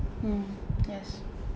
mm yes